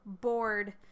bored